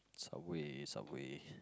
Subway Subway